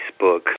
Facebook